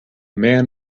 man